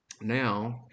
now